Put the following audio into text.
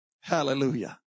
Hallelujah